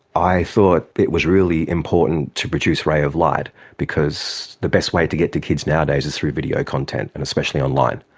i thought it was really important to produce ray of light because the best way to get to kids nowadays is through video content and especially online,